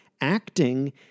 acting